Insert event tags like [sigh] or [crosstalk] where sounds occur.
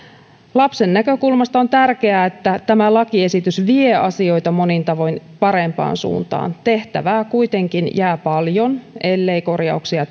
lapsen näkökulmasta on tärkeää että tämä lakiesitys vie asioita monin tavoin parempaan suuntaan tehtävää kuitenkin jää paljon ellei korjauksia [unintelligible]